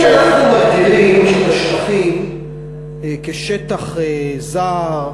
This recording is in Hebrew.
אם אנחנו מגדירים את השטחים שטח זר,